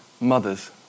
mothers